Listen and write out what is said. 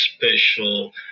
special